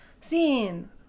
seen